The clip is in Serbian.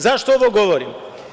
Zašto ovo govorim?